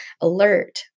alert